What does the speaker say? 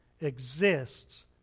exists